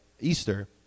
Easter